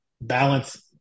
balance